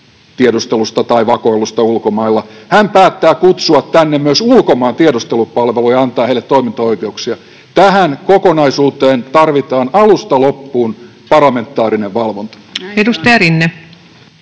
tiedustelusta tai vakoilusta ulkomailla. Hän päättää kutsua tänne myös ulkomaiden tiedustelupalveluja ja antaa heille toimintaoikeuksia. Tähän kokonaisuuteen tarvitaan alusta loppuun parlamentaarinen valvonta. [Speech 123]